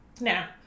Now